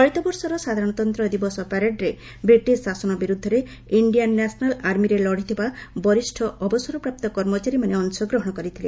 ଚଳିତ ବର୍ଷର ସାଧାରଣତନ୍ତ ଦିବସ ପ୍ୟାରେଡ୍ରେ ବ୍ରିଟିଶ୍ ଶାସନ ବିରୁଦ୍ଧରେ ଇଣ୍ଡିଆନ୍ ନ୍ୟାସ୍ନାଲ୍ ଆର୍ମିରେ ଲଢ଼ିଥିବା ବରିଷ ଅବସରପ୍ରାପ୍ତ କର୍ମଚାରୀମାନେ ଅଂଶଗ୍ରହଣ କରିଥିଲେ